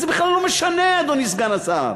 זה בכלל לא משנה, אדוני סגן השר.